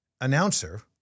announcer